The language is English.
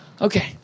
Okay